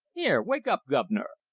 here, wake up, guv'nor!